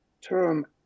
term